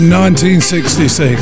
1966